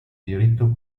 diritto